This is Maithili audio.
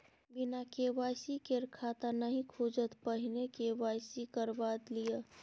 बिना के.वाई.सी केर खाता नहि खुजत, पहिने के.वाई.सी करवा लिअ